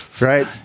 right